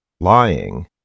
Lying